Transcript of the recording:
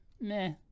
meh